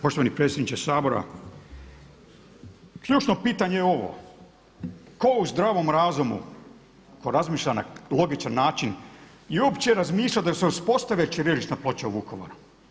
Poštovani predsjedniče Sabora, ključno pitanje je ovo tko u zdravom razumu ko razmišlja na logičan način i opće razmišlja da se uspostave ćirilične ploče u Vukovaru.